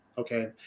Okay